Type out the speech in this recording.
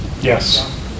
Yes